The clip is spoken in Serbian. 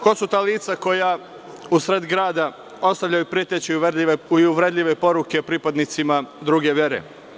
Ko su ta lica koja u sred grada ostavljaju preteće i uvredljive poruke pripadnicima druge vere?